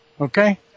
okay